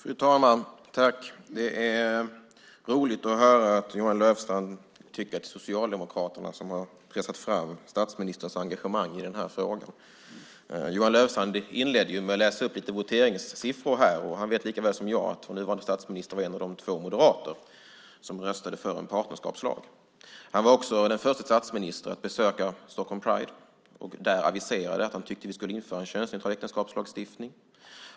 Fru talman! Det är roligt att höra att Johan Löfstrand tycker att det är Socialdemokraterna som har pressat fram statsministerns engagemang i frågan. Johan Löfstrand inledde med att läsa upp voteringssiffror. Han vet likaväl som jag att vår nuvarande statsminister var en av två moderater som röstade för en partnerskapslag. Han var också den förste statsministern att besöka Stockholm Pride. Han aviserade där att han tyckte att vi ska införa en könsneutral äktenskapslagstiftning.